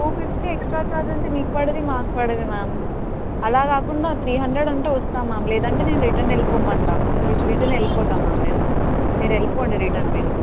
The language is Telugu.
టూ ఫిఫ్టీ ఎక్స్ట్రా ఛార్జ్ అంటే మీకు పడదు మాకు పడదు మ్యామ్ అలా కాకుండా త్రీ హండ్రెడ్ అంటే వస్తాను మ్యామ్ లేదంటే నేను రిటన్ వెళ్ళిపోమంటా రిటన్ వెళ్ళిపోతాను మ్యామ్ నేను మీరు వెళ్ళిపోండి రిటన్ మీరు